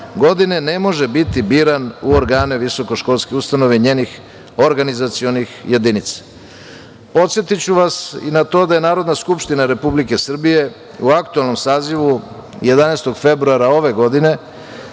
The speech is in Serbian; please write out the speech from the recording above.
godine, ne može biti biran u organe visokoškolske ustanove i njenih organizacionih jedinica. Podsetiću vas i na to da je Narodna skupština Republike Srbije u aktuelnom sazivu 11. februara ove godine